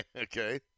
okay